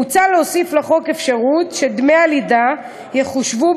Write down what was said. מוצע להוסיף לחוק אפשרות שדמי הלידה יחושבו